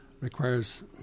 requires